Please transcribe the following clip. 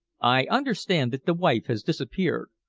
i understand that the wife has disappeared.